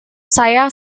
saya